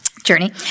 journey